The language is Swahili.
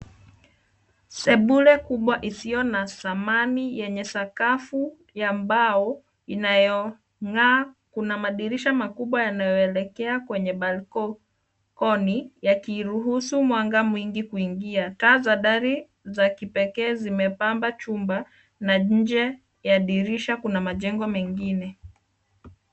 Sebule kubwa isiyo na samani yenye sakafu ya mbao inayongaa kuna madirisha makubwa yanayoelekea kwenye balkoni yakiruhusu mwanga mwingine kuingia. Taa za dari za kipekee zimepamba chumba na nje ya dirisha kuna majengo mengine.